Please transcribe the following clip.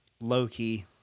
low-key